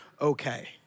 okay